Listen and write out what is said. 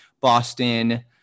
Boston